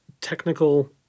technical